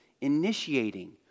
initiating